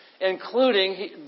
including